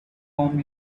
comb